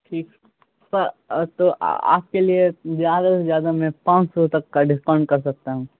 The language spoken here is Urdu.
ٹھیک سر تو آپ کے لیے زیادہ سے زیادہ میں پانچ سو تک کا ڈسکاؤنٹ کر سکتا ہوں